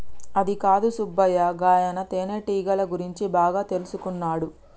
అదికాదు సుబ్బయ్య గాయన తేనెటీగల గురించి బాగా తెల్సుకున్నాడు